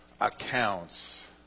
accounts